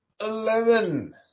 Eleven